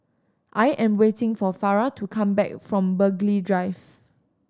i am waiting for Farrah to come back from Burghley Drive